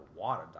water